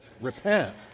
repent